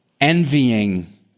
envying